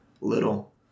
Little